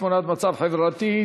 תמונת מצב חברתי.